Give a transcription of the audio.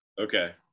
Okay